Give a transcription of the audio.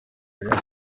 real